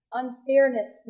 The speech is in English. unfairness